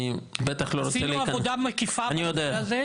אני בטח לא רוצה --- עשינו עבודה מקיפה בנושא הזה.